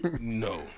No